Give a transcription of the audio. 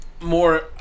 more